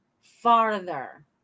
farther